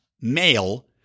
male